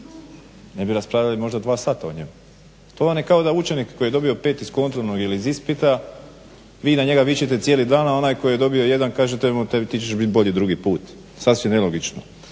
ne bi raspravljali možda dva sata o njemu. To vam je kao da učenik koji je dobio 5 iz kontrolnog ili iz ispita vi na njega vičete cijeli dan, a onaj koji je dobio 1 kažete mu ti ćeš biti bolji drugi put. Sasvim nelogično.